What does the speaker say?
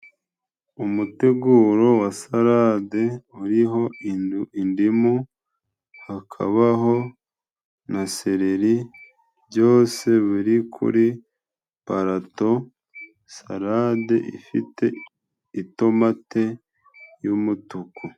Umuteguro wa salade uriho indimu ,hakabaho na sereri byose biri kuri parato ,salade ifite itomate y'umutuku.